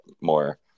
more